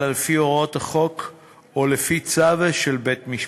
אלא לפי הוראות החוק או לפי צו של בית-משפט.